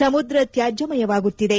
ಸಮುದ್ರ ತ್ಯಾಜ್ಯಮಯವಾಗುತ್ತಿದೆ